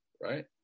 Right